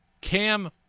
Cam